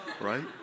Right